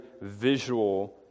visual